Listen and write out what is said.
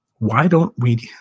why don't we,